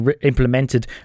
implemented